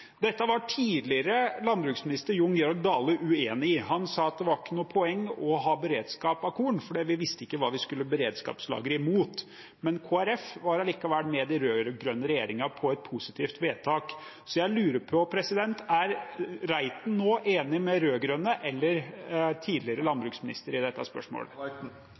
Dette var tidligere landbruksminister Jon Georg Dale uenig i. Han sa at det var ikke noe poeng å ha beredskap av korn, fordi vi ikke visste hva vi skulle beredskapslagre imot. Men Kristelig Folkeparti var likevel med den rød-grønne regjeringen på et positivt vedtak. Så jeg lurer på: Er Reiten nå enig med de rød-grønne eller tidligere landbruksminister i dette spørsmålet?